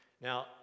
Now